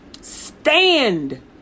Stand